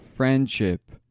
friendship